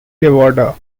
nevada